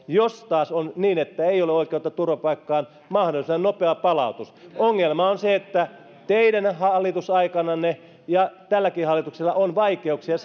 jos taas on niin että ei ole oikeutta turvapaikkaan mahdollisimman nopea palautus ongelma on se että teidän hallitusaikananne oli ja tälläkin hallituksella on vaikeuksia